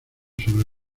sobre